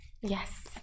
Yes